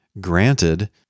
Granted